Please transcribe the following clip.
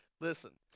listen